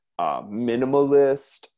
minimalist